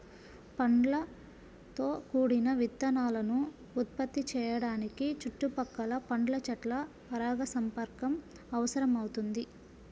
పండ్లతో కూడిన విత్తనాలను ఉత్పత్తి చేయడానికి చుట్టుపక్కల పండ్ల చెట్ల పరాగసంపర్కం అవసరమవుతుంది